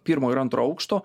pirmo ir antro aukšto